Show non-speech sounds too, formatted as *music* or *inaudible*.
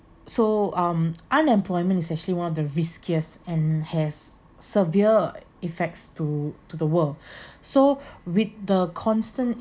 so um unemployment is actually one of the riskiest and has severe effects to to the world *breath* so with the constant